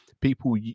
people